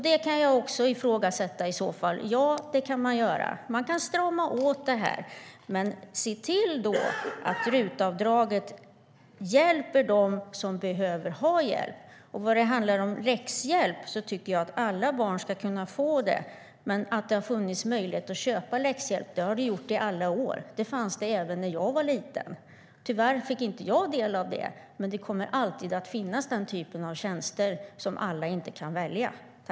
Men jag kan också ifrågasätta det, och man kan strama åt det. Men se då till att RUT-avdraget hjälper dem som behöver ha hjälp!